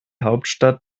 hauptstadt